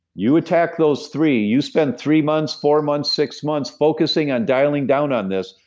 you attack those three you spend three months, four months, six months, focusing on dialing down on this,